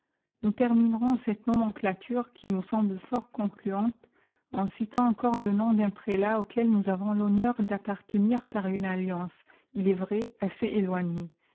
nous terminerons cette nomenclature qui nous semble fort concluante en citant encore le nom d'un prélat auquel noqs avons l'honneur d'appartenir par une alliance il est vrai assez éloignée